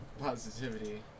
positivity